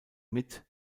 mit